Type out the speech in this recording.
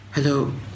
Hello